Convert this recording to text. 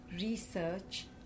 research